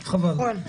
חבל,